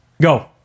Go